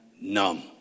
numb